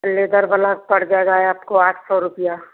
leather वाला का पड़ जाएगा आपको आठ सौ रुपया